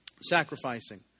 sacrificing